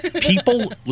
people